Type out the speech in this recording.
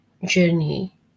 journey